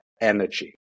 energy